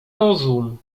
rozum